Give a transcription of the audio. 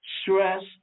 stress